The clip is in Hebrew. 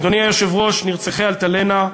אדוני היושב-ראש, נרצחי "אלטלנה",